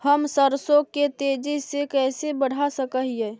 हम सरसों के तेजी से कैसे बढ़ा सक हिय?